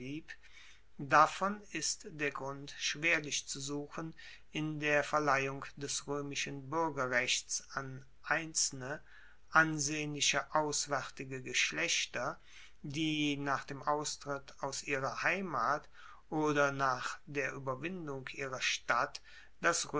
davon ist der grund schwerlich zu suchen in der verleihung des roemischen buergerrechts an einzelne ansehnliche auswaertige geschlechter die nach dem austritt aus ihrer heimat oder nach der ueberwindung ihrer stadt das